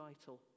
vital